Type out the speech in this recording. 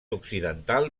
occidental